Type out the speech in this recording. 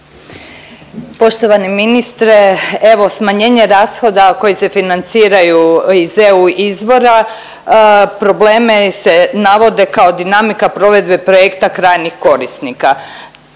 Poštovani ministre, evo smanjenje rashoda koji se financiraju iz EU izvora probleme se navode kao dinamika provedbe projekta krajnjih korisnika.